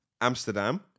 amsterdam